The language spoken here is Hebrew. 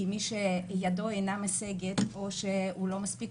כי מי שידו אינה משגת או שהוא לא מספיק